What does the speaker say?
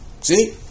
See